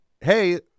hey